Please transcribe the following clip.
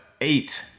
eight